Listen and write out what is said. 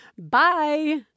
Bye